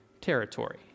territory